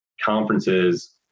conferences